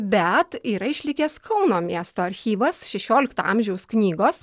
bet yra išlikęs kauno miesto archyvas šešiolikto amžiaus knygos